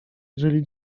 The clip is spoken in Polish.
jeżeli